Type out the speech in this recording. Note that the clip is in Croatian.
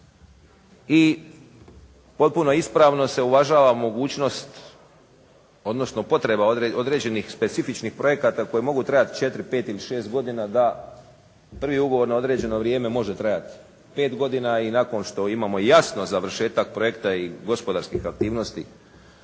I potpuno ispravno se uvažava mogućnost odnosno potreba određenih specifičnih projekata koji mogu trajati 4, 5 ili 6 godina da prvi ugovor na određeno vrijeme može trajati 5 godina i nakon što imamo jasno završetak projekta i gospodarskih aktivnosti